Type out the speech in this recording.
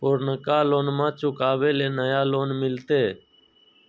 पुर्नका लोनमा चुकाबे ले नया लोन मिलते?